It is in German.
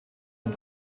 dem